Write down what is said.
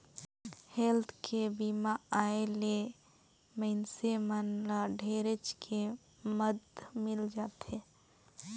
health के बीमा आय ले मइनसे मन ल ढेरेच के मदद मिल जाथे